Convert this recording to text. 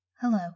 Hello